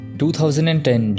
2010